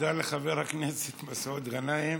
תודה לחבר הכנסת מסעוד גנאים.